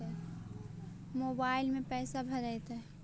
Mobile में पैसा भरैतैय?